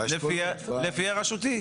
לפי הרשותי,